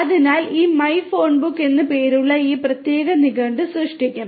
അതിനാൽ ഇത് മൈഫോൺബുക്ക് എന്ന് പേരുള്ള ഈ പ്രത്യേക നിഘണ്ടു സൃഷ്ടിക്കും